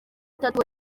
itatu